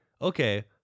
Okay